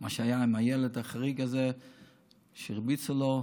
מה שהיה עם הילד החריג הזה שהרביצו לו,